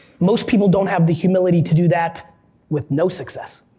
most people don't have the humility to do that with no success.